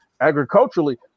Agriculturally